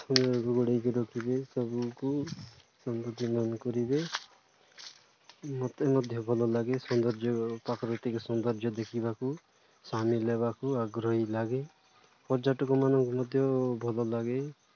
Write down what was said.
ସୌନ୍ଦର୍ଯ୍ୟ ଗୋଡ଼େଇକି ରଖିବେ ସବୁକୁ ସବତିନାନ କରିବେ ମତେ ମଧ୍ୟ ଭଲ ଲାଗେ ସୌନ୍ଦର୍ଯ୍ୟ ପାଖରେ ଟିକେ ସୌନ୍ଦର୍ଯ୍ୟ ଦେଖିବାକୁ ସାମିଲ ହେବାକୁ ଆଗ୍ରହୀ ଲାଗେ ପର୍ଯ୍ୟଟକମାନଙ୍କୁ ମଧ୍ୟ ଭଲ ଲାଗେ